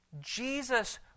Jesus